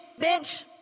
Bitch